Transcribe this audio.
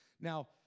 Now